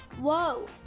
Whoa